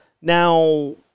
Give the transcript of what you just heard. Now